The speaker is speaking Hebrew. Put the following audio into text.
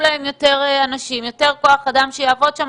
להם יותר אנשים ויותר כוח אדם שיעבוד שם,